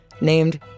named